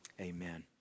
amen